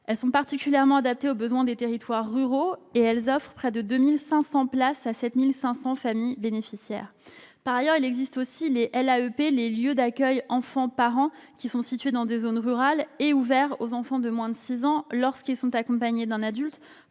Elles sont particulièrement adaptées aux besoins des territoires ruraux et offrent près de 2 500 places à 7 500 familles bénéficiaires. Ensuite, les LAEP, les lieux d'accueil enfants-parents, situés dans des zones rurales, sont ouverts aux enfants de moins de six ans lorsque ces derniers sont accompagnés d'un adulte,